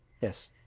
Yes